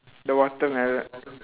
the watermelo~